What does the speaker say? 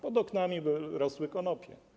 Pod oknami rosły konopie.